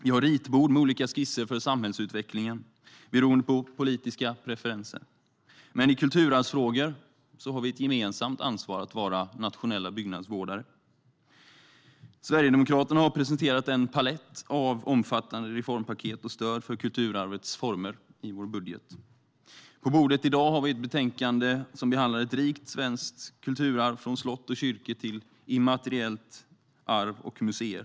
Vi har ritbord med olika skisser för samhällsutvecklingen beroende på politiska preferenser. Men i kulturarvsfrågor har vi ett gemensamt ansvar att vara nationella byggnadsvårdare. Vi i Sverigedemokraterna har presenterat en palett av omfattande reformpaket och stöd för kulturarvets former i vår budget. På bordet i dag har vi ett betänkande som behandlar ett rikt svenskt kulturarv, från slott och kyrkor till immateriellt arv och museer.